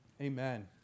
Amen